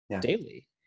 daily